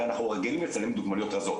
הרי אנחנו רגילים לצלם דוגמניות רזות